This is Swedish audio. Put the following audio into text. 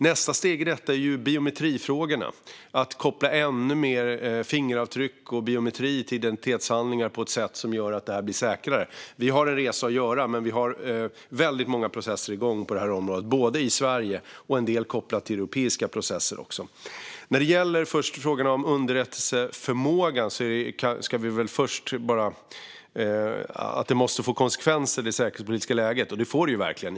Nästa steg i detta är biometrifrågorna, att koppla ännu mer fingeravtryck och biometri till identitetshandlingar på ett sätt som gör att de blir säkrare. Vi har en resa att göra, men vi har väldigt många processer igång på det här området, både i Sverige och en del kopplat till europeiska processer. När det gäller frågorna om underrättelseförmåga ska vi väl först bara konstatera att det säkerhetspolitiska läget måste få konsekvenser, och det får det verkligen.